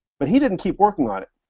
but he didn't keep working on it.